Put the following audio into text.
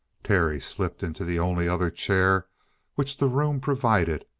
terry slipped into the only other chair which the room provided,